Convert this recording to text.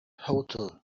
hotel